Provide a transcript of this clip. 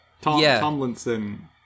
Tomlinson